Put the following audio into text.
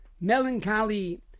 melancholy